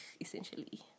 essentially